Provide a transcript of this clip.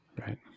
right